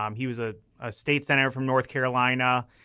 um he was ah a state senator from north carolina.